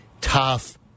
tough